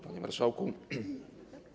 Panie Marszałku!